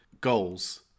goals